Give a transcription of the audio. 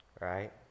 Right